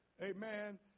Amen